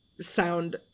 sound